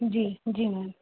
जी जी मैम